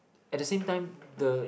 at the same time the